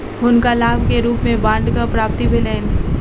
हुनका लाभ के रूप में बांडक प्राप्ति भेलैन